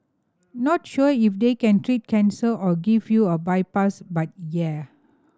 not sure if they can treat cancer or give you a bypass but yeah